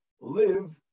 live